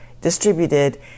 distributed